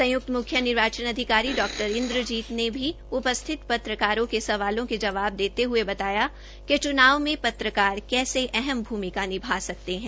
संयुक्त मुख्य निर्वाचन अधिकारी डा इन्द्रजीत सिंह ने भी उपस्थित पत्रकारों के सवालों के जवाब देते हये बताया कि चूनाव में पत्रकार कैसे अहम भूमिका निभा सकते है